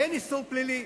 אין איסור פלילי.